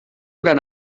gran